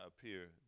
appear